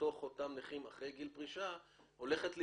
בתוך אותם נכים אחרי גיל פרישה "הולכת לאיבוד"